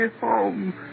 home